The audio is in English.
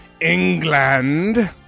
England